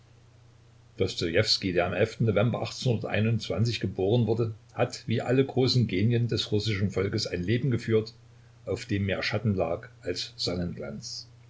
dostojewski der am november geboren wurde hat wie alle großen genien des russischen volkes ein leben geführt auf dem mehr schatten lag als sonnenglanz